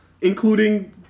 Including